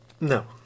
no